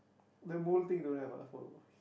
the mole thing don't have ah for